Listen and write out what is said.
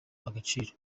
agaciro